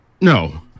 No